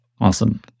Awesome